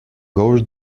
gauche